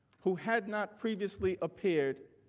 who had not previously appeared,